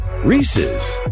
Reese's